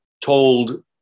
told